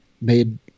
made